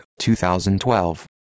2012